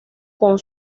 con